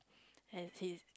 and he's